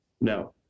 No